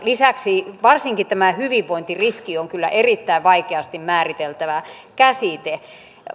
lisäksi varsinkin tämä hyvinvointiriski on kyllä erittäin vaikeasti määriteltävä käsite